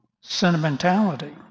sentimentality